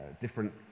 different